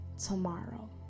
tomorrow